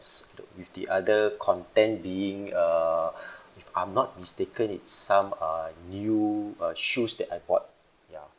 s~ with the other content being uh if I'm not mistaken it's some uh new uh shoes that I bought ya